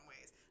ways